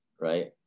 right